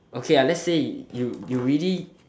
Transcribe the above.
okay lah let's say you you really